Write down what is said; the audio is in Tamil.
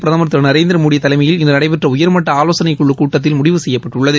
பிரதமர்திரு நரேந்திர மோடி தலைமையில் இன்று நடைபெற்ற உயர்மட்ட ஆலோசனை குழி கூட்டத்தில் முடிவு செய்யப்பட்டுள்ளது